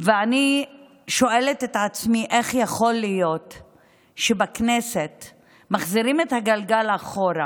ואני שואלת את עצמי איך יכול להיות שבכנסת מחזירים את הגלגל אחורה,